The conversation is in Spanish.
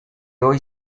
hoy